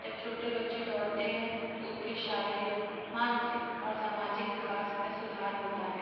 जब छोटे बच्चे दौड़ते हैं तो उनके शारीरिक मानसिक और सामाजिक विकास में सुधार होता है